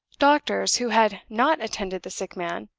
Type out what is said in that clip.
doctors who had not attended the sick man,